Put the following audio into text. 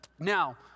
Now